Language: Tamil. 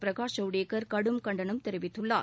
பிரகாஷ் ஜவுடேகர் கடும் கண்டனம் தெரிவித்துள்ளார்